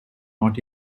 not